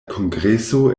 kongreso